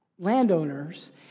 landowners